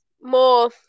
more